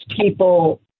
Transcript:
people